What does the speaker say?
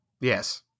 Yes